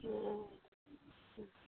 ᱦᱮᱸ ᱦᱮᱸ